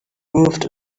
moved